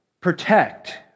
protect